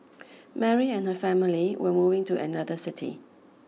Mary and her family were moving to another city